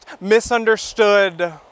misunderstood